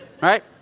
Right